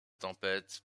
tempêtes